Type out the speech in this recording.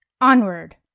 onward